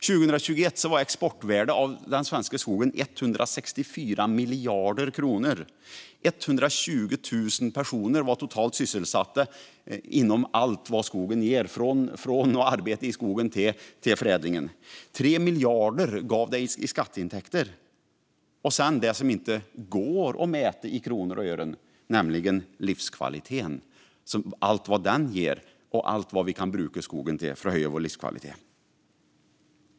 År 2021 var exportvärdet av den svenska skogen 164 miljarder kronor, och totalt 120 000 personer var sysselsatta inom allt som skogen ger, från arbete i skogen till förädlingen. Den gav 3 miljarder i skatteintäkter. Sedan har vi det som inte går att mäta i kronor och ören, nämligen livskvaliteten och allt vi kan bruka skogen till för att höja vår livskvalitet.